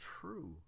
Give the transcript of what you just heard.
true